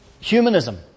humanism